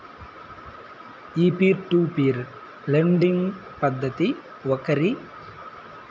ఈ peer to peer lending పద్దతి ఒకరు మరొకరి నుంచి నేరుగా రుణం పొందేదానికి అనుకూలమట